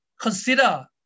Consider